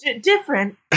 different